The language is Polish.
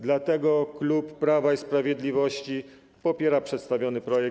Dlatego klub Prawa i Sprawiedliwości popiera przedstawiony projekt.